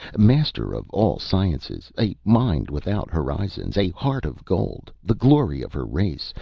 master of all sciences, a mind without horizons, a heart of gold, the glory of her race!